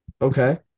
Okay